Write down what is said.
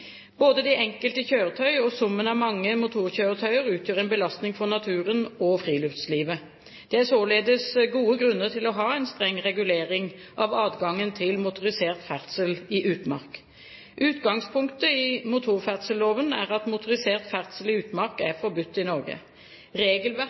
Både det enkelte kjøretøy og summen av mange motorkjøretøyer utgjør en belastning for naturen og friluftslivet. Det er således gode grunner til å ha en streng regulering av adgangen til motorisert ferdsel i utmark. Utgangspunktet i motorferdselloven er at motorisert ferdsel i utmark